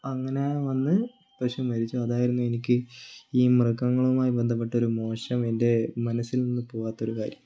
അങ്ങനെ വന്ന് പശു മരിച്ചു അതായിരുന്നു എനിക്ക് ഈ മൃഗങ്ങളുമായി ബന്ധപ്പെട്ടൊരു മോശം എൻ്റെ മനസ്സിൽ നിന്ന് പോകാത്തൊരു കാര്യം